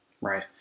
Right